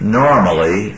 normally